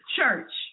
Church